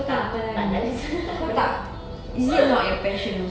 tak tak dance no